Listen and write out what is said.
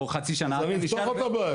או חצי שנה --- אז אני אפתור לך את הבעיה,